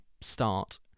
start